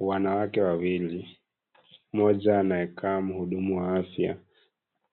Wanawake wawili. Moja anayekaa mhudumu wa afya,